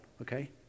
okay